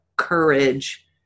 courage